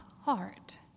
heart